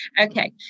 Okay